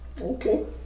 Okay